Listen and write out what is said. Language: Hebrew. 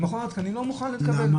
מכון התקנים לא מוכן לקבל,